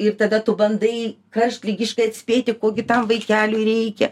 ir tada tu bandai karštligiškai atspėti ko gi tam vaikeliui reikia